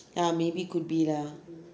ya maybe could be lah